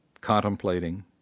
contemplating